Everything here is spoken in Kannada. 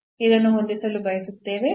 ಇದನ್ನು ಹೊಂದಿಸಲು ಬಯಸುತ್ತೇನೆ